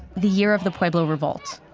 the year of the pueblo revolt